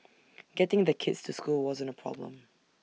getting the kids to school wasn't A problem